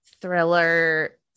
thriller